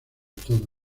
todo